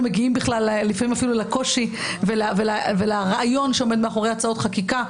מגיעים בכלל לפעמים אפילו לקושי ולרעיון שעומד מאחורי הצעות חקיקה.